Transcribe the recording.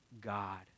God